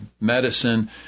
medicine